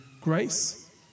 grace